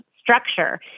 structure